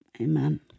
Amen